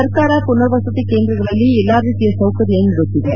ಸರ್ಕಾರ ಪುನರ್ ವಸತಿ ಕೇಂದ್ರಗಳಲ್ಲಿ ಎಲ್ಲಾ ರೀತಿಯ ಸೌಕರ್ಯ ನೀಡುತ್ತಿದೆ